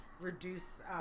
reduce